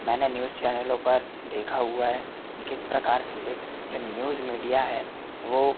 मैंने न्यूज़ चैनलों पर देखा हुआ है कि किस प्रकार से जो न्यूज़ मीडिया है वो